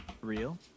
real